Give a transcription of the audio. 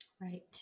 right